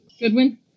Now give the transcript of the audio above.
Goodwin